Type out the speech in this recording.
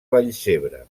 vallcebre